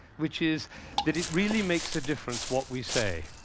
which is that it really makes a difference what we say